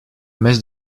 messe